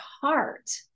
heart